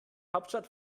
hauptstadt